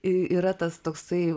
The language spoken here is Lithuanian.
y yra tas toksai